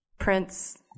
Prince